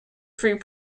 free